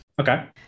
Okay